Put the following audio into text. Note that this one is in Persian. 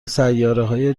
سیارههای